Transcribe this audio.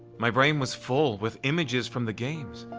my brain was full with images from the games,